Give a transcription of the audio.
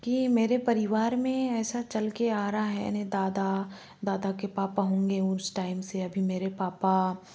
कि मेरे परिवार में ऐसा चल कर आ रहा है ने दादा दादा के पापा होंगे उसे टाइम से अभी मेरे पापा